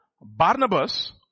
Barnabas